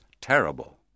terrible